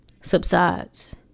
subsides